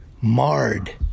marred